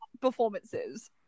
performances